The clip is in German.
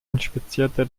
inspizierte